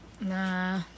Nah